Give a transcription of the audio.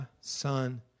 son